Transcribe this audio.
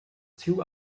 two